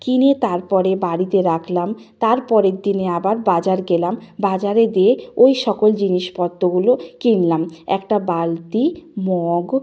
কিনে তারপরে বাড়িতে রাখলাম তার পরের দিনে আবার বাজার গেলাম বাজারে গিয়ে ওই সকল জিনিসপত্রগুলো কিনলাম একটা বালতি মগ